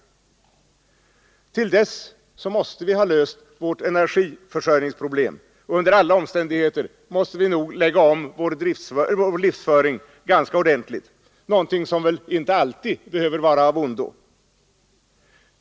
Till dess måste vi ha löst vårt energiförsörjningsproblem, och under alla omständigheter måste vi nog lägga om vår livsföring ganska ordentligt, något som väl inte alltid behöver vara av ondo.